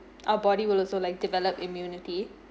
our body will also like develop immunity